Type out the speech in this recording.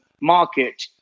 market